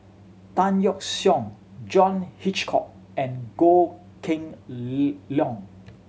Tan Yeok Seong John Hitchcock and Goh Kheng Long